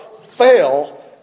Fail